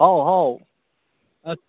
ꯍꯥꯎ ꯍꯥꯎ ꯑ